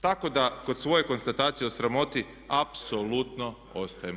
Tako da kod svoje konstatacije o sramoti apsolutno ostajem, hvala.